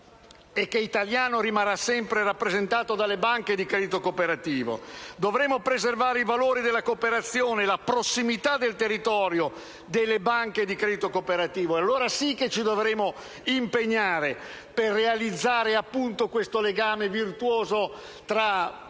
e che italiano rimarrà sempre, rappresentato dalle banche di credito cooperativo. Dovremo preservare i valori della cooperazione, la prossimità al territorio delle banche di credito cooperativo; allora sì che ci dovremo impegnare per realizzare questo legame virtuoso tra risparmi